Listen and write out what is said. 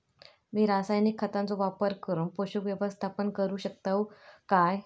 मी रासायनिक खतांचो वापर करून पोषक व्यवस्थापन करू शकताव काय?